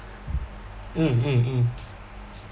mm mm mm